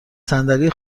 صندلی